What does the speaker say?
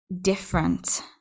different